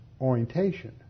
orientation